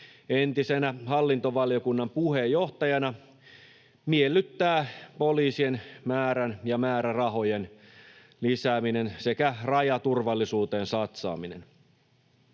entisenä hallintovaliokunnan puheenjohtajana miellyttää poliisien määrän ja määrärahojen lisääminen sekä rajaturvallisuuteen satsaaminen.